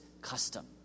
custom